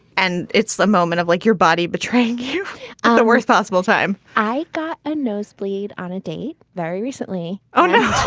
and it's the moment of like your body betrayed you at the worst possible time i got a nosebleed on a date very recently. yeah